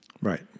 Right